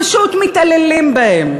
פשוט מתעללים בהם.